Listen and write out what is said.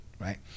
right